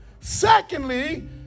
Secondly